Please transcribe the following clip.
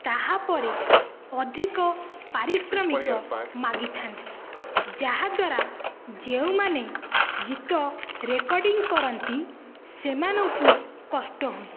ତାହାପରେ ଅଧିକ ପାରିଶ୍ରମିକ ମାଗିଥାନ୍ତି ଯାହା ଦ୍ୱାରା ଯେଉଁମାନେ ଗୀତ ରେକର୍ଡିଙ୍ଗ୍ କରନ୍ତି ସେମାନଙ୍କୁ କଷ୍ଟ ହୁଏ